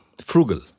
frugal